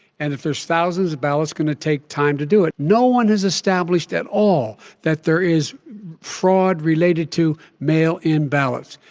and if there's thousands of ballots, it's going to take time to do it. no one has established at all that there is fraud related to mail-in ballots,